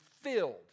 filled